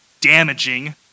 damaging